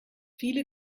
viele